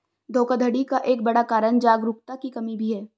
धोखाधड़ी का एक बड़ा कारण जागरूकता की कमी भी है